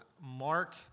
Mark